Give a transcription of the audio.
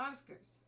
Oscars